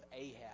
Ahab